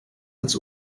als